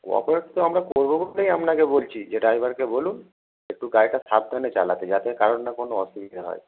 cooperate তো আমরা করবো বলেই আপনাকে বলছি যে ড্রাইভারকে বলুন একটু গাড়িটা সাবধানে চালাতে যাতে কারুর না কোনো অসুবিধে হয়